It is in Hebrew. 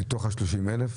מתוך 30,000?